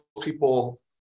people